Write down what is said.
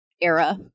era